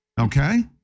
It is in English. okay